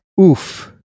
Oof